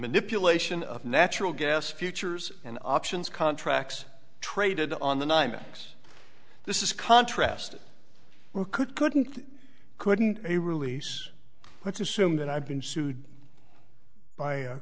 manipulation of natural gas futures and options contracts traded on the nymex this is contrast you could couldn't couldn't a release let's assume that i've been sued by a